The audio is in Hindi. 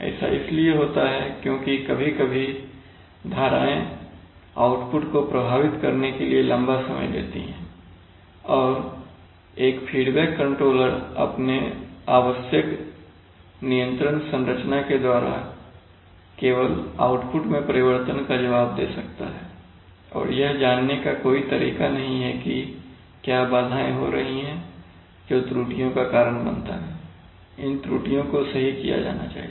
ऐसा इसलिए होता है क्योंकि कभी कभी बाधाएं आउटपुट को प्रभावित करने के लिए लंबा समय लेती है और एक फीडबैक कंट्रोलर अपने आवश्यक नियंत्रण संरचना द्वारा केवल आउटपुट में परिवर्तन का जवाब दे सकता है और यह जानने का कोई तरीका नहीं है कि क्या बाधाएं हो रही है जो त्रुटियों का कारण बनता है इन त्रुटियों को सही किया जाना चाहिए